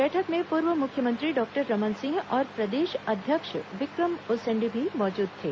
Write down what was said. बैठक में पूर्व मुख्यमंत्री डॉक्र रमन सिंह और प्रदेश अध्यक्ष विक्रम उसेंडी भी मौजूद थे